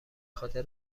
خاطر